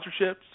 sponsorships